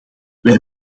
wij